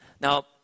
Now